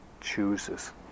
chooses